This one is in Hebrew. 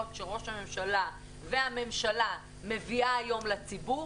שראש הממשלה והממשלה מביאה היום לציבור?